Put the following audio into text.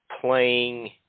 playing